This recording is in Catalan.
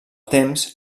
temps